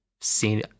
seen